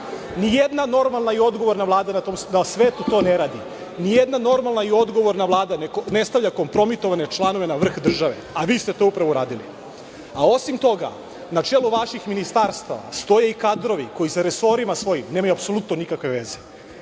Nijedna normalna i odgovorna Vlada na svetu to ne radi. Nijedna normalna i odgovorna Vlada ne stavlja kompromitovane članove na vrh države, a vi ste to upravo uradili. Osim toga, na čelo vaših ministarstava stoje i kadrovi koji sa resorima svojim nemaju apsolutno nikakve